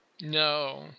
No